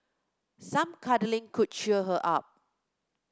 some cuddling could cheer her up